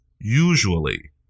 usually